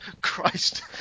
christ